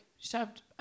shoved